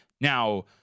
Now